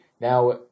Now